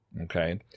Okay